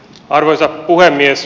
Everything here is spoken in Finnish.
arvoisa puhemies